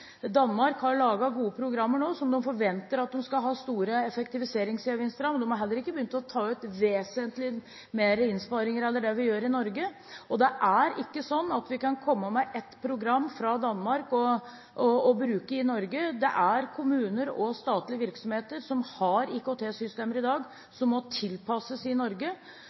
Danmark i utvikling. Danmark har laget gode programmer som de forventer de skal ha store effektiviseringsgevinster av, men de har heller ikke begynt å ta ut vesentlig mer innsparinger enn det vi gjør i Norge. Det er ikke sånn at vi kan komme med et program fra Danmark og bruke i Norge. Det er kommuner og statlige virksomheter som har IKT-systemer i dag som må tilpasses i Norge.